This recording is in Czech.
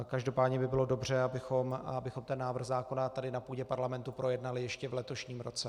Každopádně by bylo dobře, abychom ten návrh zákona na půdě Parlamentu projednali ještě v letošním roce.